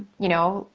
you know,